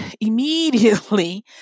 immediately